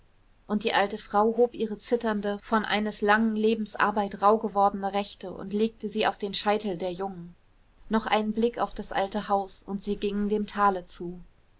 und die alte frau hob ihre zitternde von eines langen lebens arbeit rauh gewordene rechte und legte sie auf den scheitel der jungen noch einen blick auf das alte haus und sie gingen dem tale zu